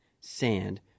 sand